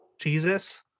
jesus